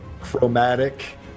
chromatic